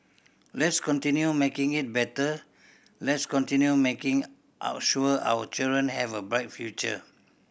let's continue making it better let's continue making our sure our children have a bright future